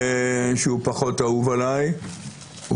שהוא פחות אהוב עליי,